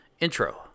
intro